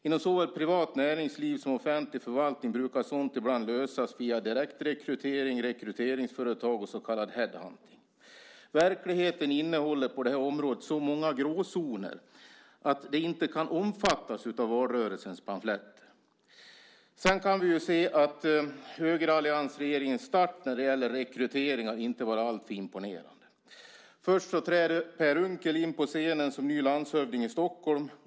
Inom såväl privat näringsliv som offentlig förvaltning brukar sådant ibland lösas via direktrekrytering, rekryteringsföretag och så kallad headhunting. Verkligheten innehåller på det här området så många gråzoner att de inte kan omfattas av valrörelsens pamfletter. Sedan kan vi ju se att högeralliansregeringens start när det gäller rekryteringar inte har varit alltför imponerande. Först träder Per Unckel in på scenen som ny landshövding i Stockholm.